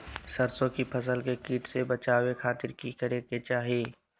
सरसों की फसल के कीट से बचावे खातिर की करे के चाही?